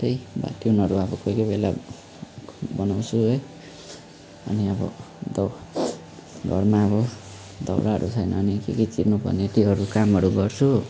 त्यही भात तिहुनहरू अब कोही कोही बेला बनाउँछु है अनि अब घरमा अब दौराहरू छैन भने के के चिर्नु पर्ने त्योहरू कामहरू गर्छु